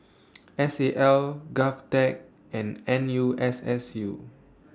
S A L Govtech and N U S S U